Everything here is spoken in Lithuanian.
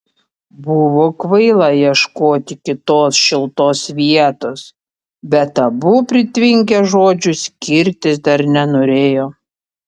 buvo kvaila ieškoti kitos šiltos vietos bet abu pritvinkę žodžių skirtis dar nenorėjo